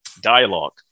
Dialogue